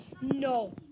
No